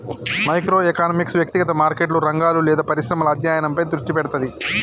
micro economics వ్యక్తిగత మార్కెట్లు, రంగాలు లేదా పరిశ్రమల అధ్యయనంపై దృష్టి పెడతది